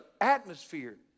atmosphere